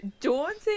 daunting